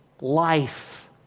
Life